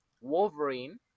Wolverine